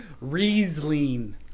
Riesling